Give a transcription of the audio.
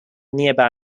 nearby